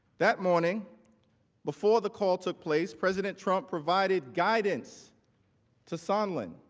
that morning before the call took place president trump provided guidance to sondland